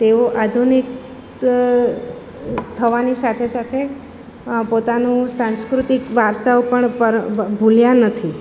તેઓ આધુનિક થવાની સાથે સાથે પોતાનું સાંસ્કૃતિક વરસાઓ પણ પર ભૂલ્યા નથી